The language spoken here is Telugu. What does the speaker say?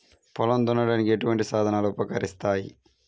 పొలం దున్నడానికి ఎటువంటి సాధనాలు ఉపకరిస్తాయి?